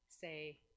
say